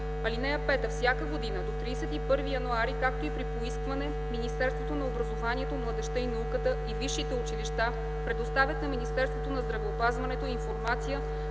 ал. 2. (5) Всяка година до 31 януари, както и при поискване, Министерството на образованието, младежта и науката и висшите училища предоставят на Министерството на здравеопазването информация